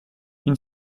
une